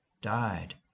died